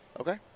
Okay